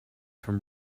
from